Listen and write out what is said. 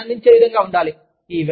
వారు ఆనందించే విధంగా ఉండాలి